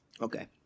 Okay